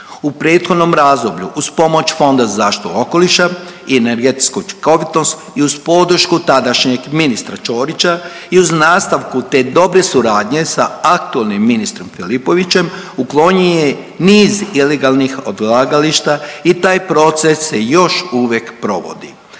U prethodnom razdoblju uz pomoć Fonda za zaštitu okoliša i energetsku učinkovitost i uz podršku tadašnjeg ministra Ćorića i uz nastavku te dobre suradnje sa aktualnim ministrom Filipovićem uklonjen je niz ilegalnih odlagališta i taj proces se još uvek provodi.